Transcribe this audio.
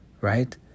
right